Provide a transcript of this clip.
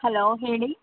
hello ಹೇಳಿ